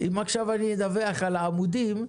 אם עכשיו אני אדווח על העמודים בסכנה,